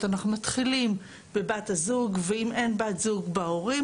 אנחנו מתחילים בבת הזוג ואם בין בת זוג בהורים